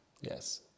Yes